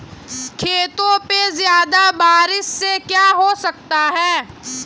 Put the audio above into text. खेतों पे ज्यादा बारिश से क्या हो सकता है?